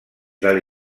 del